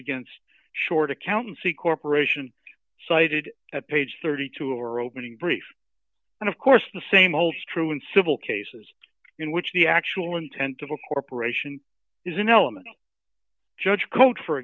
against short accountancy corporation cited at page thirty two dollars of our opening brief and of course the same holds true in civil cases in which the actual intent of a corporation is an element of judge code for